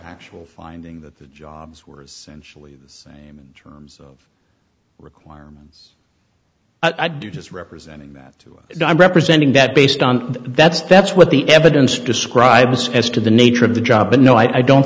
actual finding that the jobs were sensually terms of requirements i do just representing that guy representing that based on that's that's what the evidence describes as to the nature of the job and no i don't